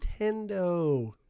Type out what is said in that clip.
Nintendo